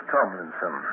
Tomlinson